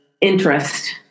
interest